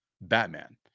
Batman